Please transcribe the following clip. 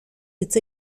hitz